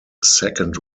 second